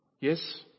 Yes